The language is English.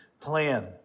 plan